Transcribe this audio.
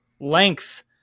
length